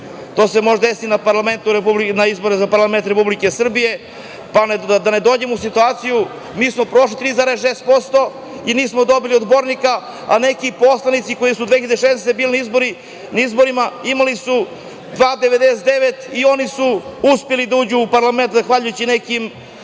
To se može desiti na izborima za parlament Republike Srbije, pa da ne dođemo u istu situaciju. Mi smo prošli 3,6% i nismo dobili odbornika, a neki poslanici kada su 2006.godine bili na izborima imali su 2,99% i oni su uspeli da uđu u parlament zahvaljujući nekim